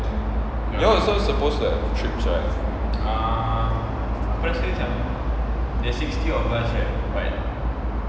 you all also supposed to have trips right